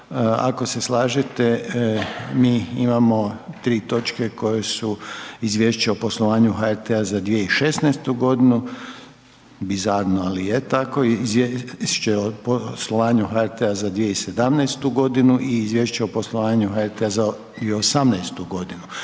ako se slažete mi imamo tri točke koje su Izvješće o poslovanju HRT-a za 2016. godinu, bizarno ali je tako, Izvješće o poslovanju HRT-a za 2017. godinu i Izvješće o poslovanju HRT-a za 2018. godinu,